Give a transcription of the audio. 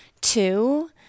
Two